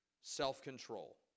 self-control